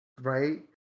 Right